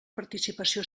participació